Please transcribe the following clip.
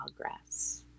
progress